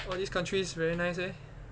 !wah! these countries very nice eh